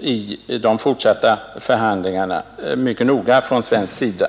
i de fortsatta förhandlingarna mycket noga från svensk sida.